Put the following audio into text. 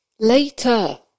later